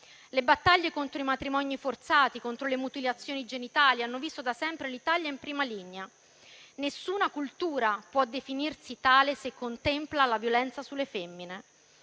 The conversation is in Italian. Le battaglie contro i matrimoni forzati e le mutilazioni genitali hanno visto da sempre l'Italia in prima linea. Nessuna cultura può definirsi tale, se contempla la violenza sulle femmine.